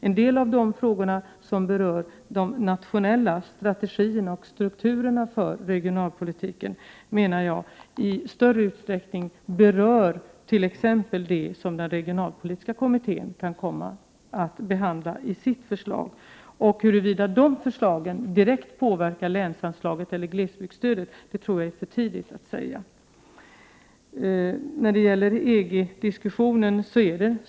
En del av de frågor 9 maj 1989 som berör de nationella strategierna och strukturerna för regionalpolitiken menar jag i större utsträckning hör till sådant som den regionalpolitiska kommittén kan komma att behandla i sina förslag. Huruvida de förslagen direkt påverkar länsanslagen eller glesbygdsstödet tror jag är för tidigt att säga. Sedan till EG-diskussionen.